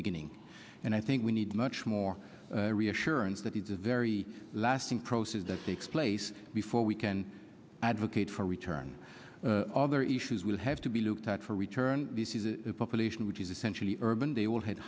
beginning and i think we need much more reassurance that it's a very lasting crosses that takes place before we can advocate for return other issues will have to be looked at for return this is a population which is essentially urban they all had